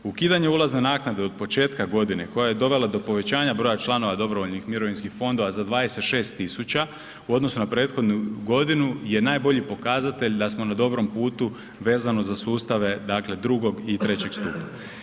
Ukidanje ulazne naknade od početka godine koja je dovela do povećanja broja članova dobrovoljnih mirovinskih fondova za 26.000 u odnosu na prethodnu godinu je najbolji pokazatelj da smo na dobrom putu vezano za sustave dakle drugog i trećeg stupa.